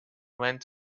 went